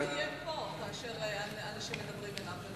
ראוי שסגן השר יהיה פה כאשר אנשים מדברים אליו.